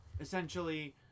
essentially